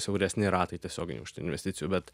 siauresni ratai tiesioginių investicijų bet